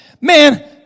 Man